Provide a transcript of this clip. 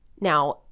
Now